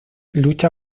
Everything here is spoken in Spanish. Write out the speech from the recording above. lucha